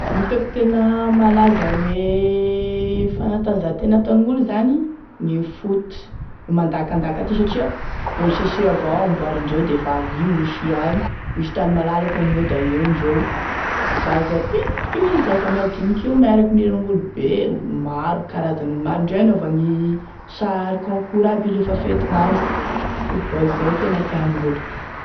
Gn'itako tena malaza ame fanantanjahantena tena malaza ataon'olo zany da gne foot, mandakandaka ty satria boly sachet evao gn'amboarindreo defa igny misy iragny, misy tany malalaky amigneo da eo indreo, zaza pitiky zaza madiniky io miaraky mihira amin'ny olo be, olo maro, karazan'olo maro, ndre hanaovagny sary concours aby io lefa fety gn'andro, football zay gne tena tiagn'olo.